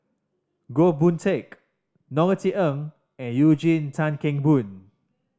Goh Boon Teck Norothy Ng and Eugene Tan Kheng Boon